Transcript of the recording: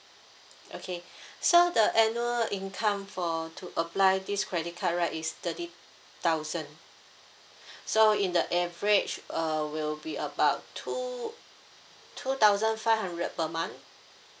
okay so the annual income for to apply this credit card right is thirty thousand so in the average uh will be about two two thousand five hundred per month